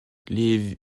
les